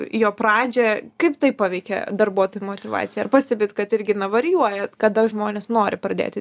jo pradžią kaip tai paveikė darbuotojų motyvaciją ar pastebit kad irgi na varijuoja kada žmonės nori pradėti